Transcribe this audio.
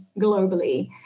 globally